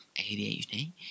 ADHD